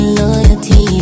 loyalty